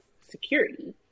security